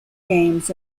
games